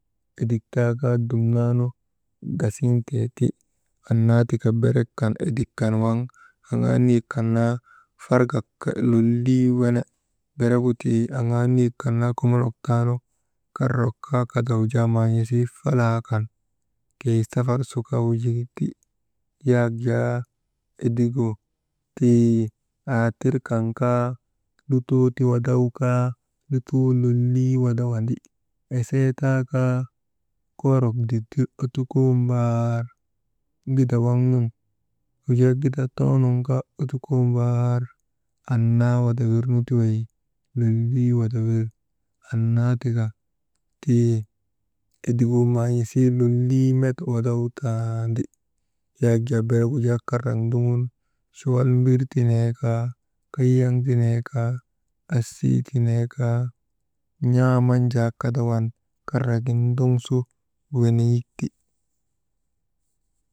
Edik taakaa dumnaanu gasiŋteeti, annaa tika berek kan edik kan fargak lollii wene, beregu tii aŋaa niyek kan naa komook taanu, karrok kaa kadaw jaa maan̰isii falaa kan keyi safar su kaa wujukik ti. Yak jaa edigu tii aa tir kan kaa, lutoo ti wadaw kaa, lutoo lollii wadawandi esee taakaa koorok ditir ottukoo mbaar gida waŋ nun wujaa gida toonun kaa ottukoo mbaar annaa wadawiruti wey lollii wadawiri, annaa tika tii edigu man̰isii lollii met wadawtaandi, yak jaa beregu jaa karrak ndoŋun chuwal mbir ti neekaa, kaaŋ ti neekaa, asii ti neekaa, n̰aaman jaa kadawan karragin ndoŋsu weneyik ti.